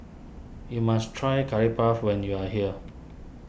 you must try Curry Puff when you are here